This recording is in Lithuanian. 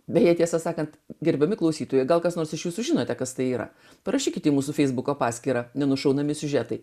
beje tiesą sakant gerbiami klausytojai gal kas nors iš jūsų žinote kas tai yra parašykite į mūsų feisbuko paskyrą nenušaunami siužetai